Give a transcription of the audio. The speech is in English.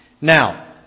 Now